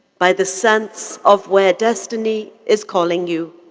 by the sense of where destiny is calling you.